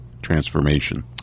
Transformation